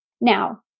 Now